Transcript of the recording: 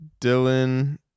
Dylan